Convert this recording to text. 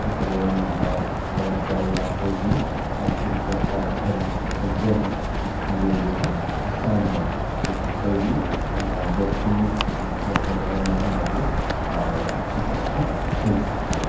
fit بال دوڑ دوڑ کر یا کوئی بھی کرکٹ کا کھیل کھیلتے ہیں تو اس کے لیے جو ہے آسان ہو چونکہ کوئی بھی جوکھم چوٹ وغیرہ نہیں لگے اور اچھے سے اچھا کھیل سکے